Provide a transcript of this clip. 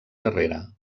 darrere